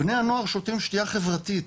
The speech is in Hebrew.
בני הנוער שותים שתיה חברתית,